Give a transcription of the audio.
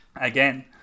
again